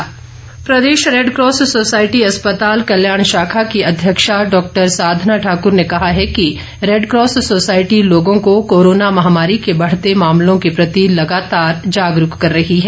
साधना ठाकुर प्रदेश Red Cross society अस्पताल कल्याण शाखा की अध्यक्षा डॉक्टर साधना ठाकुर ने कहा है कि रेडक्रॉस सोसाइटी लोगों को कोरोना महामारी के बढ़ते मामलों के प्रति लगातार जागरूक कर रही है